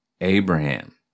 Abraham